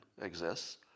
exists